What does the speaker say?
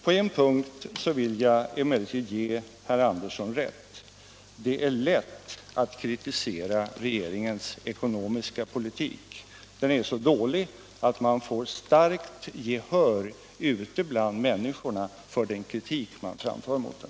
På en punkt vill jag emellertid ge herr Andersson i Knäred rätt: det är lätt att kritisera regeringens ekonomiska politik. Den är så dålig att man får starkt gehör ute bland människorna för den kritik man framför mot den.